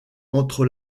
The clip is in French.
entre